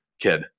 kid